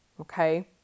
Okay